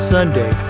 Sunday